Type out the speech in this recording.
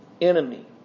enemy